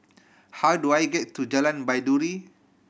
how do I get to Jalan Baiduri